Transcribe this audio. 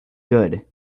good